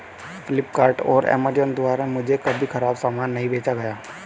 फ्लिपकार्ट और अमेजॉन द्वारा मुझे कभी खराब सामान नहीं बेचा गया